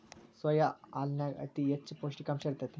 soya ಹಾಲನ್ಯಾಗ ಅತಿ ಹೆಚ್ಚ ಪೌಷ್ಟಿಕಾಂಶ ಇರ್ತೇತಿ